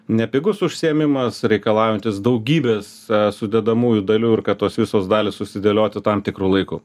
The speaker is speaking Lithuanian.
nepigus užsiėmimas reikalaujantis daugybės sudedamųjų dalių ir kad tos visos dalys susidėliotų tam tikru laiku